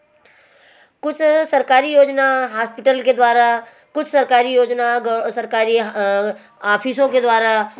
कुछ सरकारी योजना हास्पिटल के द्वारा कुछ सरकारी योजना ग सरकारी आफिसों के द्वारा